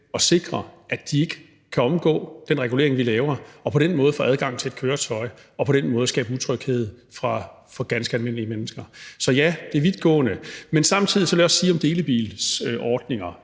og sikre, at de ikke kan omgå den regulering, vi laver, og på den måde få adgang til et køretøj og skabe utryghed for ganske almindelige mennesker. Så ja, det er vidtgående. Samtidig vil jeg også sige om delebilsordninger,